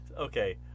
Okay